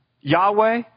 Yahweh